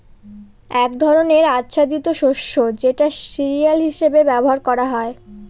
এক ধরনের আচ্ছাদিত শস্য যেটা সিরিয়াল হিসেবে ব্যবহার করা হয়